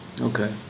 Okay